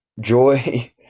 Joy